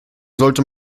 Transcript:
sollte